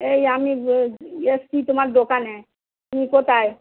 এই আমি এসছি তোমার দোকানে তুমি কোথায়